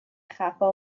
خفا